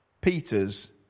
Peter's